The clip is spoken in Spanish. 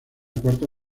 cuarta